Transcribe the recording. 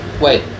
Wait